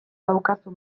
daukazu